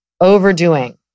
overdoing